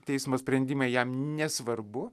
teismo sprendimai jam nesvarbu